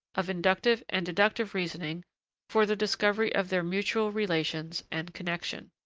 of inductive and deductive reasoning for the discovery of their mutual relations and connection.